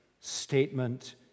statement